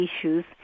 issues